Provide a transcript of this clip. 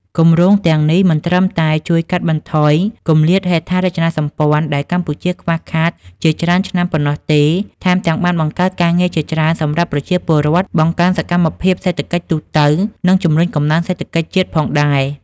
គម្រោងទាំងនេះមិនត្រឹមតែជួយកាត់បន្ថយគម្លាតហេដ្ឋារចនាសម្ព័ន្ធដែលកម្ពុជាខ្វះខាតជាច្រើនឆ្នាំប៉ុណ្ណោះទេ ថែមទាំងបានបង្កើតការងារជាច្រើនសម្រាប់ប្រជាពលរដ្ឋ បង្កើនសកម្មភាពសេដ្ឋកិច្ចទូទៅ និងជំរុញកំណើនសេដ្ឋកិច្ចជាតិផងដែរ។